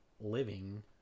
living